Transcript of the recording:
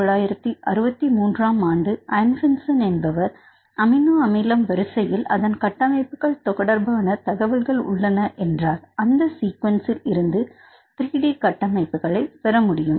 1963 ஆம் ஆண்டில் அன்ஃபின்சன் என்பவர் அமினோ அமிலம் வரிசையில் அதன்கட்டமைப்புகள் தொடர்பான தகவல்கள் உள்ளன என்றார் அந்த சீக்வென்ஸ்இல் இருந்து 3 டி கட்டமைப்புகளை பெற முடியும்